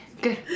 good